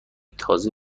تازه